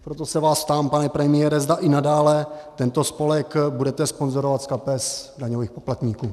Proto se vás ptám, pane premiére, zda i nadále tento spolek budete sponzorovat z kapes daňových poplatníků?